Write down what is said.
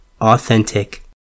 authentic